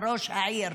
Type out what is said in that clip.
על ראש העיר,